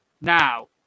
Now